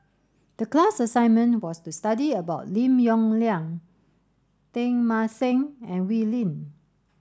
the class assignment was to study about Lim Yong Liang Teng Mah Seng and Wee Lin